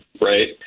Right